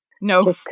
No